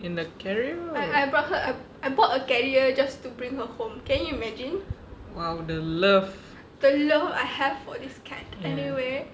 in the carrier !wow! the love ya